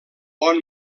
bon